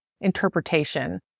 interpretation